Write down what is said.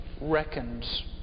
reckons